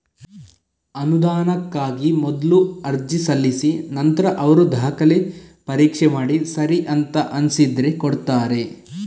ಅನುದಾನಕ್ಕಾಗಿ ಮೊದ್ಲು ಅರ್ಜಿ ಸಲ್ಲಿಸಿ ನಂತ್ರ ಅವ್ರು ದಾಖಲೆ ಪರೀಕ್ಷೆ ಮಾಡಿ ಸರಿ ಅಂತ ಅನ್ಸಿದ್ರೆ ಕೊಡ್ತಾರೆ